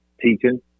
teaching